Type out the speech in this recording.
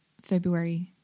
February